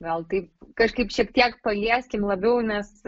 gal taip kažkaip šiek tiek palieskim labiau nes